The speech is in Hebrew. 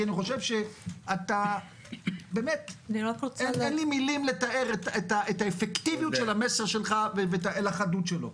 כי באמת אין לי מילים לתאר את האפקטיביות של המסר שלך ואת החדות שלו.